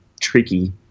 tricky